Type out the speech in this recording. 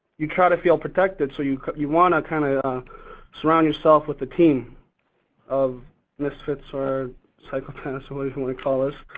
you gotta feel protected, so you you wanna kinda surround yourself with a team of misfits or psychopaths or whatever you and wanna call us.